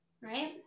Right